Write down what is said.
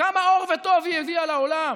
כמה אור וטוב היא הביאה לעולם,